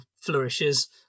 flourishes